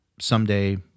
someday